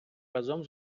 разом